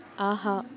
ஆஹா